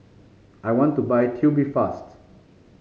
I want to buy Tubifast